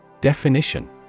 Definition